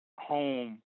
home